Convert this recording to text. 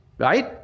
right